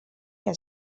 que